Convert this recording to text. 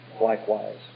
likewise